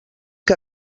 que